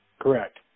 Correct